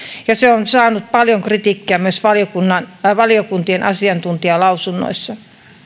ja se on saanut paljon kritiikkiä myös valiokuntien asiantuntijalausunnoissa